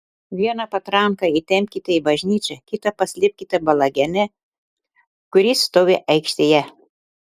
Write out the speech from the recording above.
vieną patranką įtempkite į bažnyčią kitą paslėpkite balagane kuris stovi aikštėje